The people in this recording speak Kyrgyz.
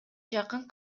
жакын